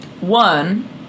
One